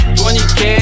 20k